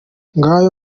ngayo